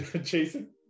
Jason